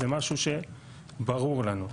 זה משהו שברור לנו.